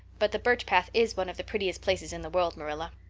but the birch path is one of the prettiest places in the world, marilla.